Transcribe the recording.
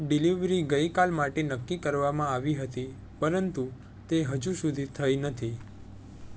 delivery ગઈકાલ માટે નક્કી કરવામાં આવી હતી પરંતુ તે હજુ સુધી નથી થઈ